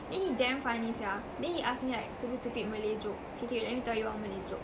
then he damn funny sia then he ask me like stupid stupid malay jokes okay okay wait let me tell you one malay joke